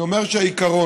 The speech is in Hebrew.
אני אומר שהעיקרון